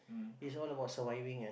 is all about surviving eh